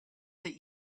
that